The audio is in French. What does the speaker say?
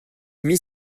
mis